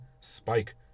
Spike